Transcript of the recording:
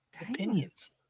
Opinions